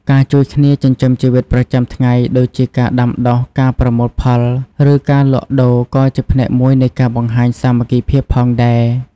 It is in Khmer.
ការជួយគ្នាចិញ្ចឹមជីវិតប្រចាំថ្ងៃដូចជាការដាំដុះ ការប្រមូលផល ឬការលក់ដូរ ក៏ជាផ្នែកមួយនៃការបង្ហាញសាមគ្គីភាពផងដែរ។